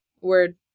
word